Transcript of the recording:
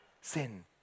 sin